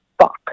fuck